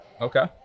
okay